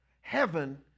Heaven